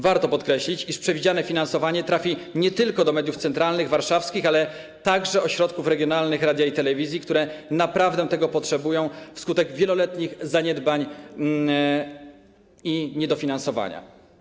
Warto podkreślić, iż przewidziane finansowanie trafi nie tylko do mediów centralnych, warszawskich, ale także ośrodków regionalnych radia i telewizji, które naprawdę tego potrzebują wskutek wieloletnich zaniedbań i niedofinansowania.